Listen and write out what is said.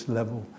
level